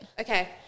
Okay